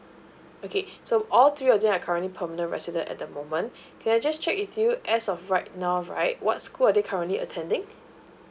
okay so all three of them are currently permanent resident at the moment can I just check with you as of right now right what school are they currently attending